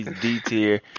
D-tier